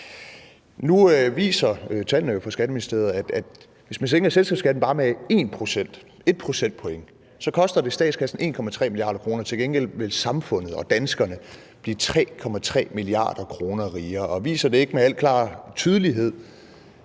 Nu viser tallene fra Skatteministeriet jo, at hvis man sænker selskabsskatten med bare 1 procentpoint, så koster det statskassen 1,3 mia. kr. Til gengæld vil samfundet og danskerne blive 3,3 mia. kr. rigere. Viser det ikke med al tydelighed,